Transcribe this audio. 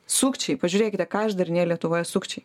sukčiai pažiūrėkite ką išdarinėja lietuvoje sukčiai